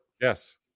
Yes